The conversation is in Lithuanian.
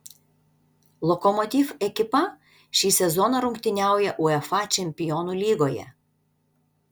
lokomotiv ekipa šį sezoną rungtyniauja uefa čempionų lygoje